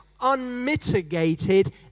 unmitigated